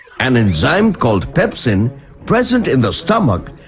an enzyme called pepsin present in the stomach.